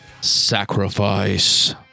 sacrifice